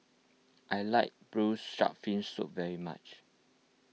I like Braised Shark Fin Soup very much